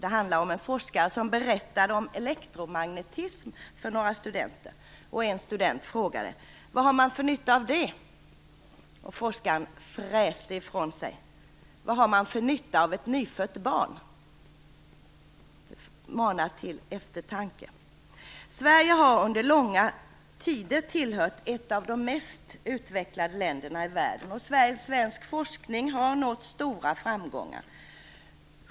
En forskare berättade där om elektromagnetism för några studenter. En student frågade: Vad har man för nytta av det? Forskaren fräste ifrån sig: Vad har man för nytta av ett nyfött barn? Detta manar till eftertanke. Sverige har under långa tider tillhört ett av de mest utvecklade länderna i världen, och svensk forskning har nått stora framgångar.